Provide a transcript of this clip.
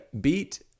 beat